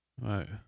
Right